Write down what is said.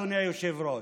אדוני היושב-ראש,